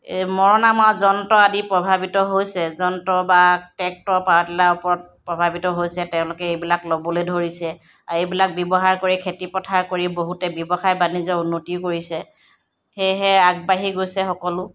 এই মৰণা মৰা যন্ত্ৰ আদি প্ৰভাৱিত হৈছে যন্ত্ৰ বা টেক্টৰ পাৱাৰ টিলা ওপৰত প্ৰভাৱিত হৈছে তেওঁলোকে এইবিলাক ল'বলৈ ধৰিছে আৰু এইবিলাক ব্যৱহাৰ কৰি খেতি পথাৰ কৰি বহুতে ব্যৱসায় বাণিজ্য উন্নতি কৰিছে সেয়েহে আগবাঢ়ি গৈছে সকলো